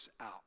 out